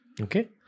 Okay